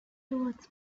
towards